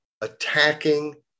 attacking